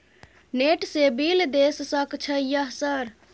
Net से bill देश सक छै यह सर?